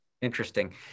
Interesting